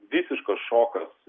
visiškas šokas